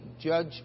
judge